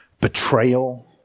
betrayal